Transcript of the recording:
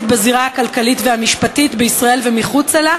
בזירה הכלכלית והמשפטית בישראל ומחוצה לה,